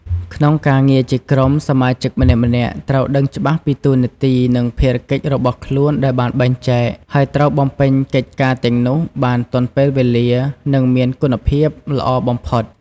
ក្នុងការងារជាក្រុម សមាជិកម្នាក់ៗត្រូវដឹងច្បាស់ពីតួនាទី និងភារកិច្ចរបស់ខ្លួនដែលបានបែងចែក ហើយត្រូវបំពេញកិច្ចការទាំងនោះបានទាន់ពេលវេលា និងមានគុណភាពល្អបំផុត។